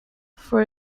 for